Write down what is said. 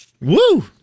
Woo